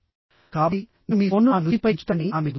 కాబట్టి నేను మీ ఫోన్ను నా నుదిటిపై ఉంచుతానని ఆమె చెబుతోంది